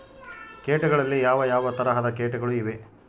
ಕೇಟಗಳಲ್ಲಿ ಯಾವ ಯಾವ ತರಹದ ಕೇಟಗಳು ಇವೆ?